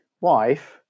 wife